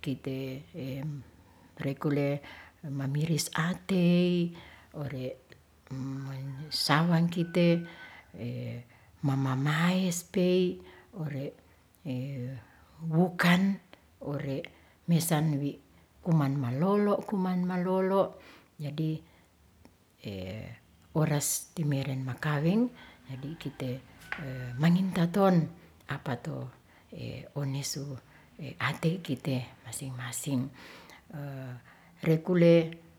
kite rekule mamiris atei, ore sawang kite mamamaes pei, ore' wukan, ore' mesanwi kuman malolo' kuman malolo' jadi oras timeren makaweng jadi kite' mangintaton apato onesu atei kite masing-masing rekule.